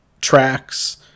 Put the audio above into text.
tracks